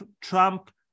Trump